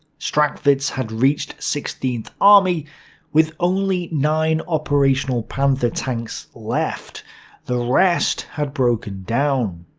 strachwitz had reached sixteenth army with only nine operational panther tanks left the rest had broken down.